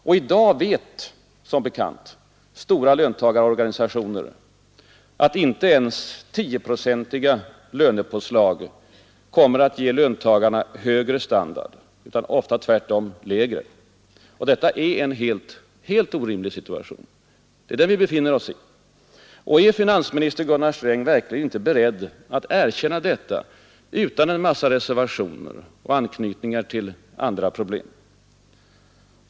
Och i dag vet som bekant stora löntagarorganisationer att inte ens 10-procentiga lönepåslag kommer att ge löntagarna högre standard, utan ofta tvärtom lägre. Detta är en helt orimlig situation. Är verkligen inte finansministern beredd att erkänna detta utan en massa reservationer och anknytningar till andra problem?